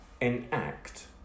enact